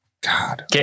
God